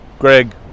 Greg